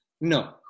No